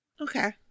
Okay